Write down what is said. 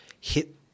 hit